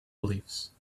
beliefs